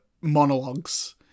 monologues